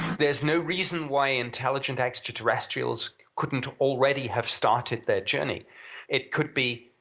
there's no reason why intelligent extraterrestrials couldn't already have started their journey it could be